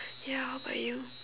ya how about you